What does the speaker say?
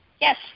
yes